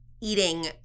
eating